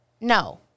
no